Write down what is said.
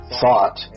thought